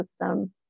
system